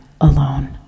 alone